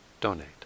donate